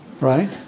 Right